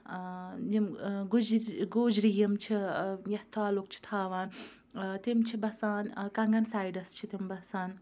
یِم گُجِرۍ گوجری یِم چھِ یا تعلق چھِ تھاوان تِم چھِ بَسان کَنٛگَن سایڈَس چھِ تِم بَسان